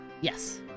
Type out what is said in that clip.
Yes